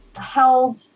Held